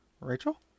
Rachel